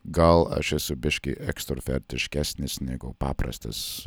gal aš esu biškį ekstravertiškesnis negu paprastas